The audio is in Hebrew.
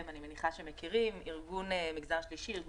אני מניחה שמכירים את ארגון בטרם,